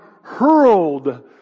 hurled